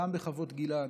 גם בחוות גלעד,